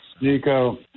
Nico